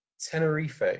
Tenerife